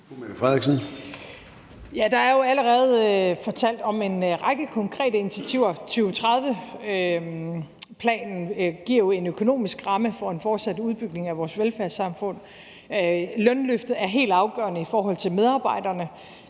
er jo allerede fortalt om en række konkrete initiativer. 2030-planen giver jo en økonomisk ramme for en fortsat udbygning af vores velfærdssamfund; lønløftet er helt afgørende i forhold til medarbejderne;